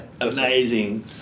amazing